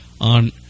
on